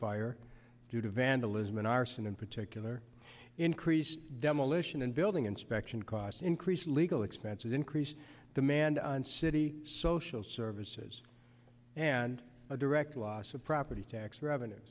fire due to vandalism and arson in particular increased demolition and building inspection costs increase legal expenses increased demand on city social services and a direct loss of property tax revenue